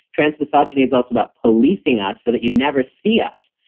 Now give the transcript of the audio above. trans misogyny is also about policing us so that you never see us.